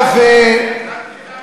אל תיתמם.